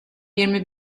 yirmi